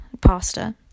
pasta